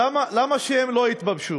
למה שהם לא יתביישו?